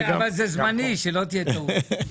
אבל זה זמני, שלא תהיה טעות.